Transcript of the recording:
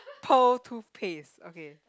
pearl toothpaste okay